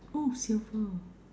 oh silver